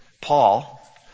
Paul